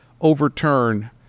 overturn